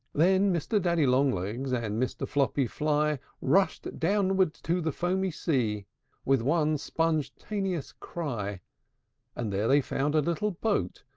then mr. daddy long-legs and mr. floppy fly rushed downward to the foamy sea with one sponge-taneous cry and there they found a little boat,